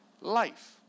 life